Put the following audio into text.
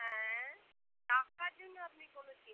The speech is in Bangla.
হ্যাঁ তা আপনার জন্য আপনি বলে দিন